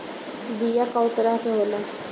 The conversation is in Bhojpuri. बीया कव तरह क होला?